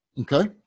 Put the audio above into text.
Okay